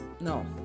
no